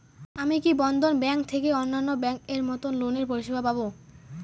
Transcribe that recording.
আমি কি বন্ধন ব্যাংক থেকে অন্যান্য ব্যাংক এর মতন লোনের পরিসেবা পাব?